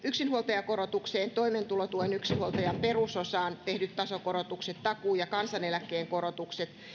yksinhuoltajakorotukseen toimeentulotuen yksinhuoltajan perusosaan tehdyt tasokorotukset takuu ja kansaneläkkeen korotukset